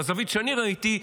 בזווית שאני ראיתי,